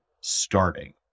starting